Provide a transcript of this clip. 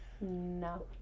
No